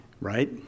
Right